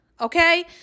Okay